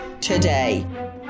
today